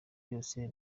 byose